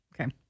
Okay